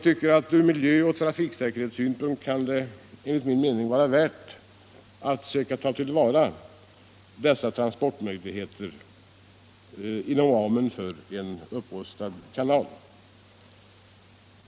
Ur miljöoch trafiksäkerhetssynpunkt kan det enligt min mening vara värt att söka ta till vara dessa transportmöjligheter inom ramen för en upprustad kanal.